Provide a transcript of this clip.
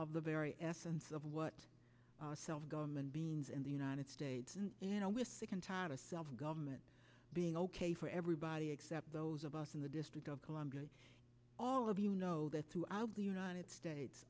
of the very essence of what self government beans in the united states and you know we are sick and tired of self government being ok for everybody except those of us in the district of columbia all of you know that throughout the united states